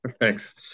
Thanks